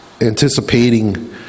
anticipating